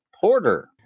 Porter